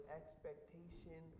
expectation